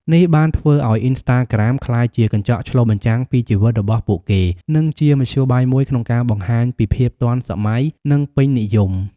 នេះបានធ្វើឱ្យ អុីនស្តាក្រាម ក្លាយជាកញ្ចក់ឆ្លុះបញ្ចាំងពីជីវិតរបស់ពួកគេ និងជាមធ្យោបាយមួយក្នុងការបង្ហាញពីភាពទាន់សម័យ និងពេញនិយម។